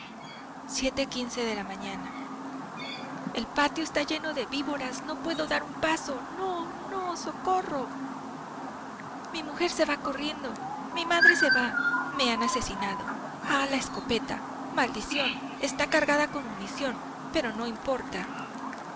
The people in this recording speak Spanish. irse por eso a m el patio está lleno de víboras no puedo dar un paso no no socorro mi mujer se va corriendo mi madre se va me han asesinado ah la escopeta maldición está cargada con munición pero no importa